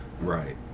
Right